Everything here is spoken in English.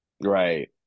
right